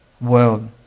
world